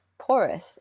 Porous